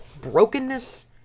brokenness